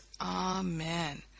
Amen